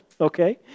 okay